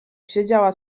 siedziała